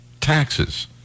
taxes